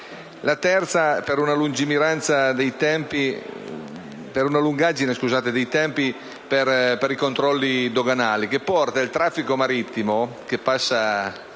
La terza causa è la lungaggine dei tempi per i controlli doganali, che porta il traffico marittimo, che passa